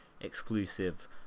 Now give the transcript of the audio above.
exclusive